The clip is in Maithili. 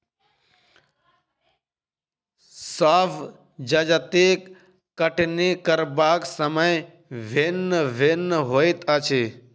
सभ जजतिक कटनी करबाक समय भिन्न भिन्न होइत अछि